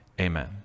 amen